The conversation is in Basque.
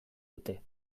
dute